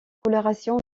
coloration